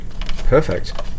Perfect